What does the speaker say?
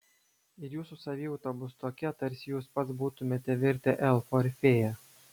ir jūsų savijauta bus tokia tarsi jūs pats būtumėte virtę elfu ar fėja